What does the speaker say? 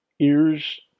Ears